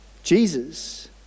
Jesus